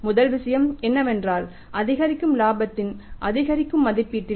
முதல் விஷயம் என்னவென்றால் அதிகரிக்கும் இலாபத்தின் அதிகரிக்கும் மதிப்பீட்டில்